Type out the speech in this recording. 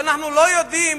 ואנחנו לא יודעים